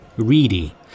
Reedy